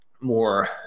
more